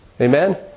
Amen